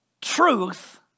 Truth